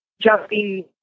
jumping